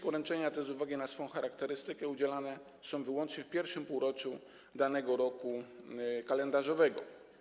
Poręczenia te z uwagi na swą charakterystykę udzielane są wyłącznie w I półroczu danego roku kalendarzowego.